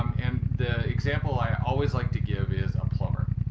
um and the example i always like to give is a plumber.